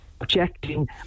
Objecting